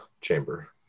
chamber